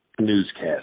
newscast